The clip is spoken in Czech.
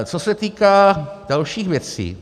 Co se týká dalších věcí.